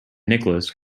nicholas